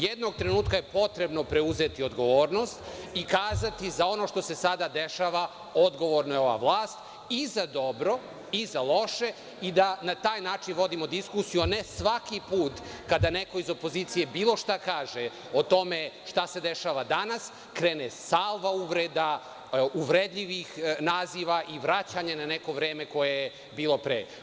Jednog trenutka je potrebno preuzeti odgovornost i kazati – za ono što se sada dešava odgovorna je ova vlast, i za dobro i za loše, pa da na taj način vodimo diskusiju, a ne svaki put kada neko iz opozicije bilo šta kaže o tome šta se dešava danas krene salva uvreda, uvredljivih naziva i vraćanje na neko vreme koje je bilo pre.